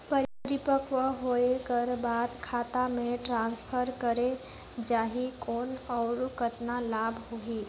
परिपक्व होय कर बाद खाता मे ट्रांसफर करे जा ही कौन और कतना लाभ होही?